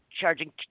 charging